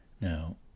now